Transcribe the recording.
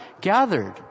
gathered